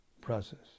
process